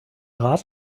rat